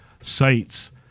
sites